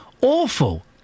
Awful